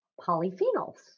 polyphenols